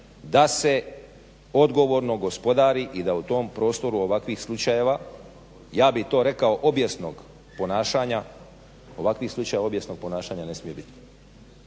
da se odgovorno gospodari i da u tom prostoru ovakvih slučajeva, ja bih to rekao obijesnog ponašanja, ovakvih slučaja obijesnog ponašanja ne smije biti.